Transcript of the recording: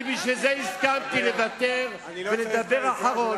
אני בשביל זה הסכמתי לוותר ולדבר אחרון,